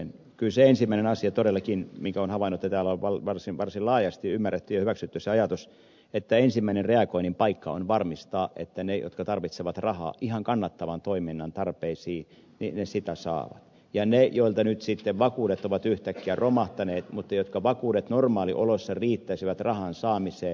kyllä todellakin se ensimmäinen asia jonka olen havainnut ja se ajatus joka täällä on varsin laajasti ymmärretty ja hyväksytty on että ensimmäinen reagoinnin paikka on varmistaa että ne jotka tarvitsevat rahaa ihan kannattavan toiminnan tarpeisiin ja ne joilta nyt sitten vakuudet ovat yhtäkkiä romahtaneet mutta joilla vakuudet normaalioloissa riittäisivät rahan saamiseen ne sitä rahaa saavat